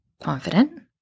confident